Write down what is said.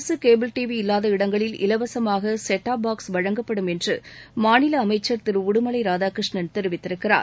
அரசு cable T V இல்லாத இடங்களில் இலவசமாக செட்டாப் பாக்ஸ் வழங்கப்படும் என்று மாநில அமைச்சர் திரு உடுமலை ராதாகிருஷ்ணன் தெரிவித்திருக்கிறார்